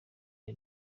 iyo